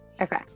Okay